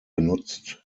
genutzt